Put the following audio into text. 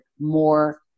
more